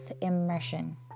immersion